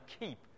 keep